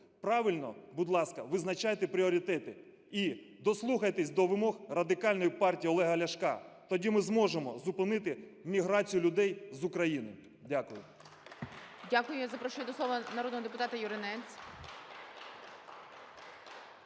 правильно, будь ласка, визначайте пріоритети і дослухайтесь до вимог Радикальної партії Олега Ляшка, тоді ми зможемо зупинити міграцію людей з України. Дякую.